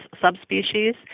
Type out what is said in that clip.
subspecies